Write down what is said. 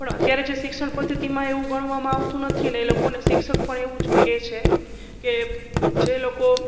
પણ અત્યારે જે શિક્ષણ પદ્ધતિમાં એવું ગણવામાં આવતું નથી અને એ લોકોને શિક્ષક પણ એવું જ કે છે કે જે લોકો